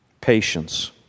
Patience